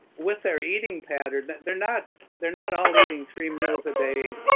with their eating patterns they're not they're not all eating three meals a day,